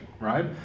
right